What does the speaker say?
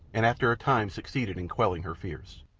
and after a time succeeded in quelling her fears.